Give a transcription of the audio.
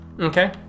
Okay